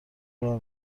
راه